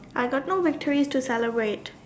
I got no victories to celebrate